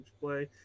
play